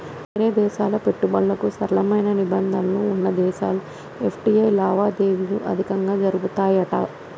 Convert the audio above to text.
వేరే దేశాల పెట్టుబడులకు సరళమైన నిబంధనలు వున్న దేశాల్లో ఎఫ్.టి.ఐ లావాదేవీలు అధికంగా జరుపుతాయట